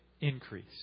increase